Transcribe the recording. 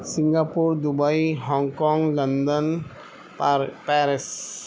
Singapore Dubai Hong Kong London پیر Paris